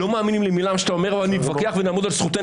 לא מאמינים למילה שאתה אומר אבל נתווכח ונעמוד על זכותנו